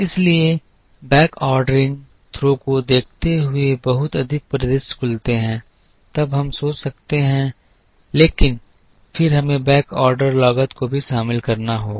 इसलिए backordering through को देखते हुए बहुत अधिक परिदृश्य खुलते हैं तब हम सोच सकते हैं लेकिन फिर हमें बैकऑर्डर लागत को भी शामिल करना होगा